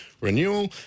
Renewal